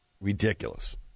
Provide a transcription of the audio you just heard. ridiculous